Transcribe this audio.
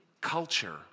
culture